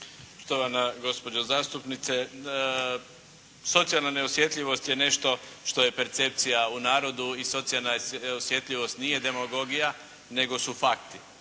Štovana gospođo zastupnice! Socijalna neosjetljivost je nešto što je percepcija u narodu i socijalna osjetljivost nije demagogija nego su fakti.